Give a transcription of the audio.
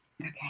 Okay